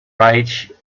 reich